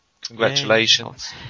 Congratulations